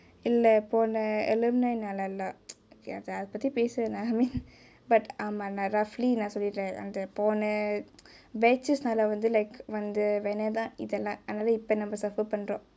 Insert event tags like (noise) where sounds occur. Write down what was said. இல்லே போனே:illae ponae alumni நாலேலா:naalela (noise) அத அத பத்தி பேச வேனாமே:athe athe pathi pesa venamae but ஆமா நா:aama naa roughly நா சொல்லிர்ரே அந்த போனே:naa sollirrae antha ponae batches நாலே வந்து:naalae vanthu like வந்த வினைதா இதெல்லா அதுநாலே இப்பே நாமே:vantha vinaithaa ithella athunaalae ippae naamae suffer பன்றோ:panro